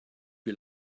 you